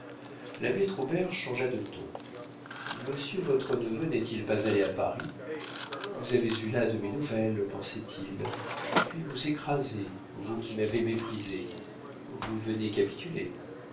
l'abbé troubert changea de ton monsieur votre neveu n'est-il pas allé à paris vous avez eu là de mes nouvelles pensait-il je puis vous écraser vous qui m'avez méprisé vous venez capituler